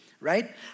right